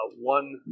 one